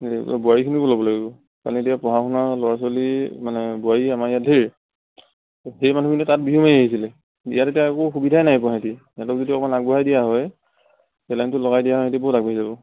বোৱাৰীখিনিকো ল'ব লাগিব মানে এতিয়া পঢ়া শুনা ল'ৰা ছোৱালী মানে বোৱাৰী আমাৰ ইয়াত ধেৰ সেই মানুহখিনি তাত বিহু মাৰি আছিলে ইয়াত এতিয়া একো সুবিধাই নাই পোৱা সিহঁতি সিহঁতক যদি অকণমান আগবঢ়াই দিয়া হয় সেই লাইনটো লগাই দিয়া সিহঁতি বহুত আগবাঢ়ি যাব